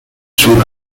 eastwood